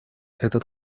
этот